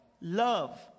love